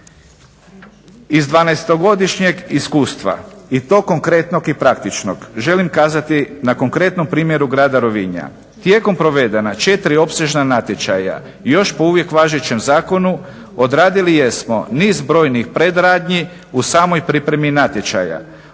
Iz 12-godišnjeg iskustva i to konkretnog i praktičnog želim kazati na konkretnom primjeru Grada Rovinja. Tijekom provedena četiri opsežna natječaja još po uvijek važećem zakonu odradili jesmo niz brojnih predradnji u samoj pripremi natječaja.